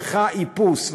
צריכה איפוס,